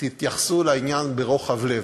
תתייחסו לעניין ברוחב לב.